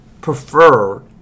prefer